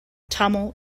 tamil